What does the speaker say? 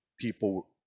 people